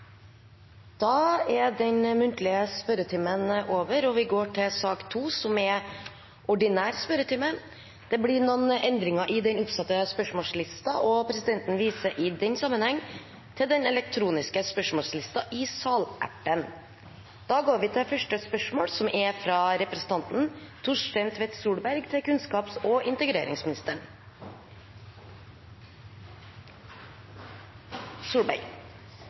Da er den muntlige spørretimen over. Det blir noen endringer i den oppsatte spørsmålslisten, og presidenten viser i den sammenheng til den elektroniske spørsmålslisten i salappen. Endringene var som følger: Spørsmålene 3 og 4, fra henholdsvis representantene Nicholas Wilkinson og Kjersti Toppe til helse- og omsorgsministeren, flyttes og besvares etter spørsmål 19. Spørsmål 15, fra representanten Geir Pollestad til landbruks- og